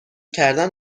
کردن